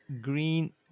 green